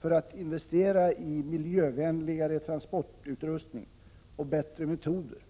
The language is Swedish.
för att man skall investera i miljövänligare transportutrustning, bättre metoder osv.